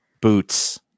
boots